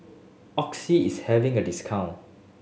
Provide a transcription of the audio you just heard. Oxy is having a discount